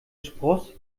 spross